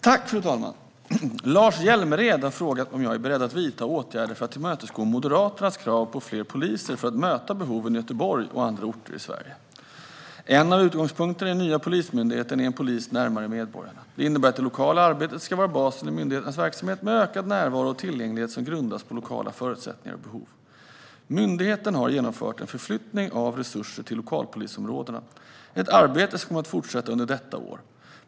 Fru ålderspresident! Lars Hjälmered har frågat om jag är beredd att vidta åtgärder för att tillmötesgå Moderaternas krav på fler poliser för att möta behoven i Göteborg och på andra orter i Sverige. En av utgångspunkterna i den nya Polismyndigheten är en polis närmare medborgarna. Det innebär att det lokala arbetet ska vara basen i myndighetens verksamhet, med ökad närvaro och tillgänglighet som grundas på lokala förutsättningar och behov. Myndigheten har genomfört en förflyttning av resurser till lokalpolisområdena, ett arbete som kommer att fortsätta under detta år.